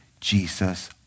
Jesus